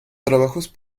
trabajos